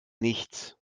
nichts